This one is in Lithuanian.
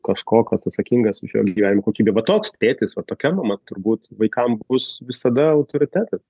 kažko kas atsakingas už jo gyvenimo kokybę va toks tėtis va tokia mama turbūt vaikam bus visada autoritetas